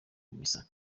misa